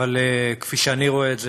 אבל כפי שאני רואה את זה,